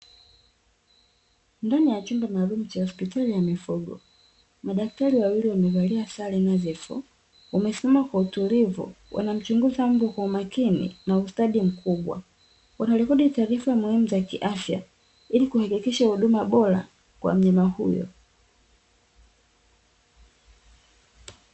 Ndani ya chumba maalumu cha hospitali ya mifugo madaktari wawili wamevalia sare nadhifu, wamesimama kwa utulivu wanamchungumza mbwa kwa umakini na ustadi mkubwa. Wanarikodi taarifa muhimu za kiafya ili kuhakikisha huduma bora kwa mnyama huyo.